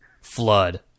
flood